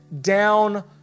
down